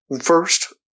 first